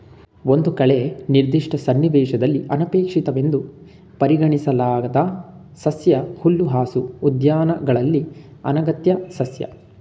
ಒಂದು ಕಳೆ ನಿರ್ದಿಷ್ಟ ಸನ್ನಿವೇಶದಲ್ಲಿ ಅನಪೇಕ್ಷಿತವೆಂದು ಪರಿಗಣಿಸಲಾದ ಸಸ್ಯ ಹುಲ್ಲುಹಾಸು ಉದ್ಯಾನಗಳಲ್ಲಿನ ಅನಗತ್ಯ ಸಸ್ಯ